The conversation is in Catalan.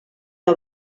que